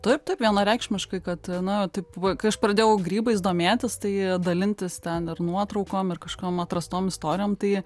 taip taip vienareikšmiškai kad na taip va kai aš pradėjau grybais domėtis tai dalintis ten ir nuotraukom ir kažkokiom atrastom istorijom tai